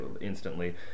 instantly